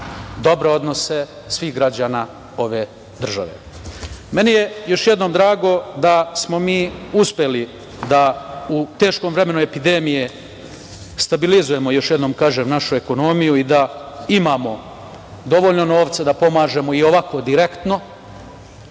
dobre odnose svih građana ove države. Meni je još jednom drago da smo mi uspeli da u teškom vremenu epidemije stabilizujemo, još jednom kažem, našu ekonomiju i da imamo dovoljno novca da pomažemo i ovako direktno.